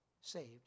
saved